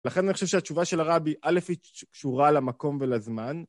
לכן אני חושב שהתשובה של הרבי א' היא קשורה למקום ולזמן.